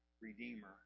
Redeemer